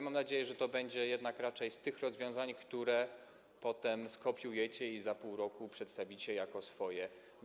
Mam nadzieję, że to będzie jednak raczej jedno z tych rozwiązań, które skopiujecie i za pół roku przedstawicie jako swoje.